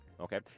Okay